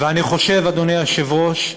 ואני חושב, אדוני היושב-ראש,